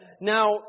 Now